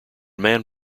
man